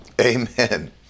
Amen